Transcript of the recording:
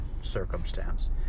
circumstance